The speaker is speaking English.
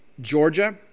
Georgia